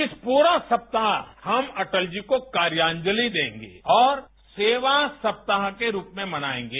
इस प्ररा सप्ताह हम अटल जी को कार्याजलि देंगे और सेवा सप्ताह के रूप में मनाएगें